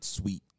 sweet